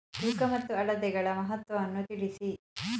ತೂಕ ಮತ್ತು ಅಳತೆಗಳ ಮಹತ್ವವನ್ನು ತಿಳಿಸಿ?